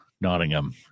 Nottingham